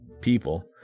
people